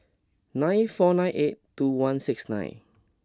nine four nine eight two one six nine